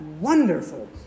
wonderful